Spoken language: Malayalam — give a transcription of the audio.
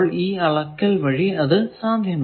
ഈ അളക്കൽ വഴി അത് സാധ്യമാണ്